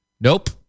nope